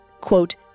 quote